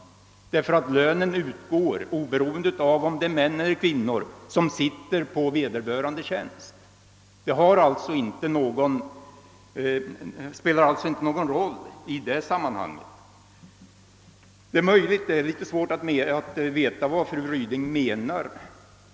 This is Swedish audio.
Lönen utgår med samma belopp oberoende av om det är män eller kvinnor som innehar ifrågavarande tjänst. Det är litet svårt att förstå vad fru Ryding menar.